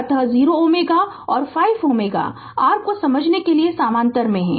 अतः 0 Ω और 5 Ω r को समझने के लिए समानांतर में हैं